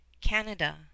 canada